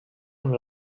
amb